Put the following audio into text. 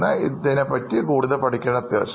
അത് കൂടുതൽ പഠിക്കേണ്ടതുണ്ട്